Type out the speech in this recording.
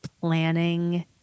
planning